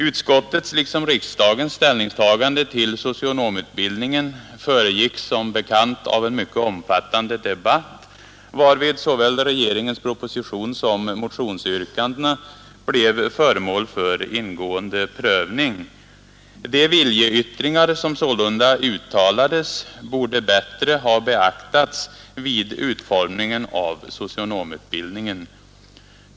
Utskottets liksom riksdagens ställningstagande till socionomutbildningen föregicks som bekant av en mycket omfattande debatt, varvid såväl regeringens proposition som motionsyrkandena blev föremål för ingående prövning. De viljeyttringar som sålunda uttalades borde bättre ha beaktats vid utformningen av socionomutbildningen.